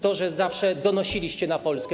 To, że zawsze donosiliście na Polskę.